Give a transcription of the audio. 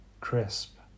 crisp